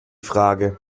frage